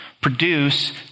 produce